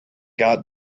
got